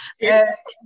yes